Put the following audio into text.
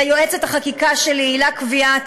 ליועצת החקיקה שלי הילה קוויאט,